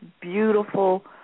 beautiful